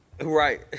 Right